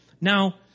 Now